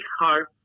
hard